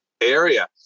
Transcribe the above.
area